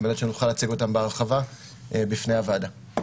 על מנת שנוכל להציג אותן בהרחבה בפני הוועדה.